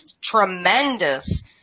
tremendous